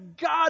God